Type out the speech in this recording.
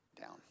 down